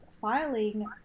filing